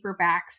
paperbacks